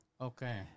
Okay